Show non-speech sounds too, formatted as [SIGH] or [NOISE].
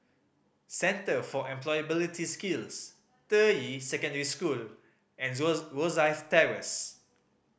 Centre for Employability Skills Deyi Secondary School and [UNINTELLIGIBLE] Rosyth Terrace